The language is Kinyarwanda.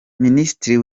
minisitiri